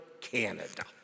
Canada